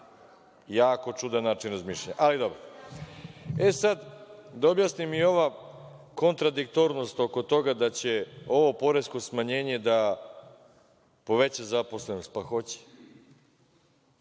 Jako čudan način razmišljanja. Ali, dobro.E, sada da objasnim i ova kontradiktornost oko toga da će ovo poresko smanjenje da poveća zaposlenost. Pa, hoće,